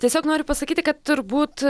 tiesiog noriu pasakyti kad turbūt